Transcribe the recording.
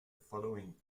following